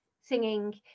singing